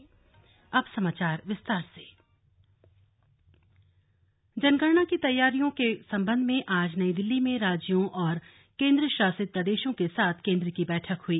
जनगणना बैठक जनगणना की तैयारियों के संबंध में आज नई दिल्ली में राज्यों और केंद्र शासित प्रदेशों के साथ केंद्र की बैठक हुई